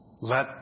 Let